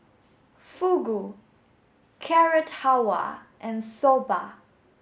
Fugu Carrot Halwa and Soba